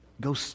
Go